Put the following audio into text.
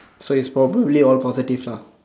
so it's probably all positive stuff